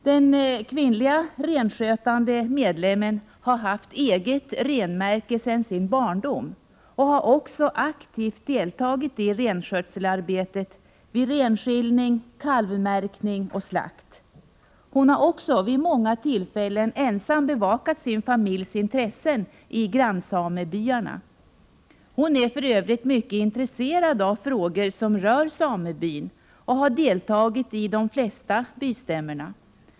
Den kvinnliga renskötande medlemmen har haft eget renmärke sedan sin barndom och har också aktivt deltagit i renskötselarbetet vid renskiljning, kalvmärkning och slakt. Hon har också vid många tillfällen ensam bevakat sin familjs intressen i grannsamebyarna. Hon är för övrigt mycket intresserad av frågor som rör samebyn och har deltagit i de flesta bystämmorna.